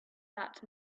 that